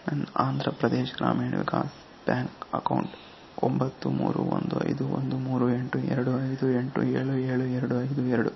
ನನ್ Andhra Pradesh Grameen Vikas bank account ಒಂಬತ್ತು ಮೂರು ಒಂದು ಐದು ಒಂದು ಮೂರು ಎಂಟು ಎರಡು ಐದು ಎಂಟು ಏಳು ಏಳು ಎರಡು ಐದು ಎರಡು ಇದರಿಂದ ನನ್ನ ಆಕ್ಸಿಜೆನ್ ವ್ಯಾಲೆಟ್ಗೆ ಎರಡು ಸಾವಿರ ರೂಪಾಯನ್ನ ಟ್ರಾನ್ಸ್ಫರ್ ಮಾಡು